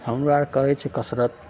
हमरो आर करै छियै कसरत